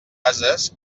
ases